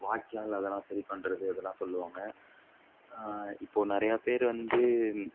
வாய்க்கால் அதெல்லாம் சரி பண்ணுறது அதெல்லாம் சொல்லுவாங்க இப்போது நிறையா பேர் வந்து